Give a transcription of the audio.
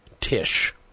Tish